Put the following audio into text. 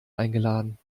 eingeladen